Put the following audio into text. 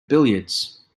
billiards